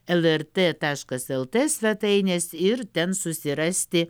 lrt taškas lt svetainės ir ten susirasti